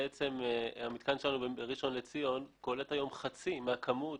המתקן שלנו בראשון לציון קולט היום חצי מהכמות